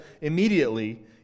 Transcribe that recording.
immediately